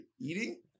Eating